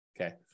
Okay